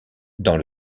dans